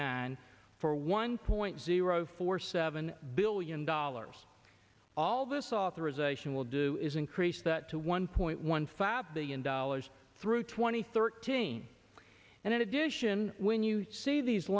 nine for one point zero four seven billion dollars all this authorization will do is increase that to one point one five billion dollars through twenty thirteen and in addition when you see these